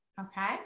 Okay